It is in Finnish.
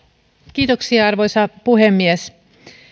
kiitoksia arvoisa puhemies